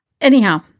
Anyhow